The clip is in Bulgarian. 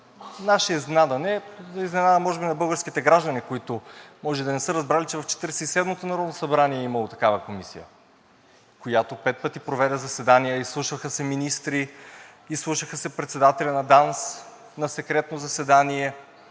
наша изненада не, за изненада може би на българските граждани, които може и да не са разбрали, че в Четиридесет и седмото народно събрание е имало такава комисия, която пет пъти проведе заседания, изслушваха се министри, изслушваха се председатели на ДАНС на секретно заседание